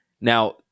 Now